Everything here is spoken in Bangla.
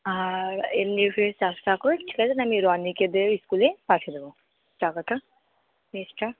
আর এমনি ফিজ চারশো টাকা করে ঠিক আছে আমি রনিকে দিয়ে ইস্কুলে পাঠিয়ে দেব টাকাটা ফিজটা